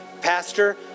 Pastor